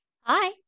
Hi